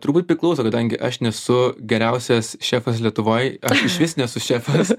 turbūt priklauso kadangi aš nesu geriausias šefas lietuvoj aš išvis nesu šefas